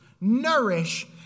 nourish